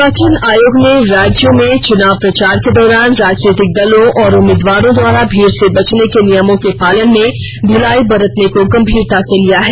निर्वाचन आयोग ने राज्यों में चुनाव प्रचार के दौरान राजनीतिक दलों और उम्मीदवारों द्वारा भीड़ से बचने के नियमों के पालन में ढिलाई बरतने को गंभीरता से लिया है